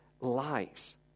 lives